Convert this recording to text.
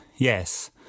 Yes